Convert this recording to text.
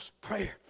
prayer